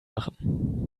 machen